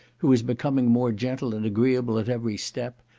who is becoming more gentle and agreeable at every step,